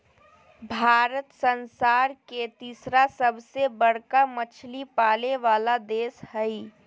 भारत संसार के तिसरा सबसे बडका मछली पाले वाला देश हइ